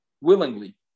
willingly